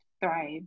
thrive